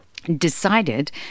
Decided